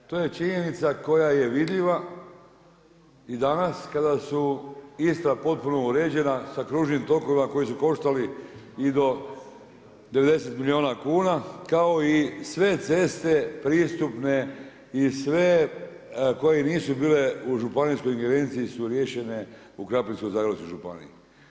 To je činjenica koja je vidljiva i danas kada su ista potpuno uređena sa kružnim tokovima koji su koštali i do 90 milijuna kuna kao i sve ceste pristupne i sve koje nisu bile u županijskoj ingerenciji su riješene u Krapinsko-zagorskoj županiji.